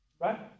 right